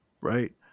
right